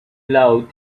love